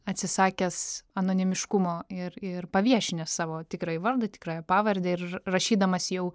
atsisakęs anonimiškumo ir ir paviešinęs savo tikrąjį vardą tikrąją pavardę ir rašydamas jau